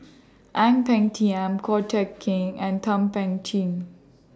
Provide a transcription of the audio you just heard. Ang Peng Tiam Ko Teck Kin and Thum Ping Tjin